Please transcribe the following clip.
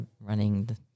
running